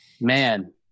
man